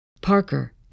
Parker